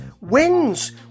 wins